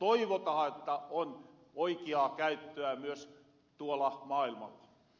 toivotahan että on oikiaa käyttöä myös tuola maailmalla